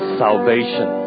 salvation